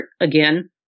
Again